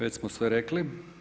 Već smo sve rekli.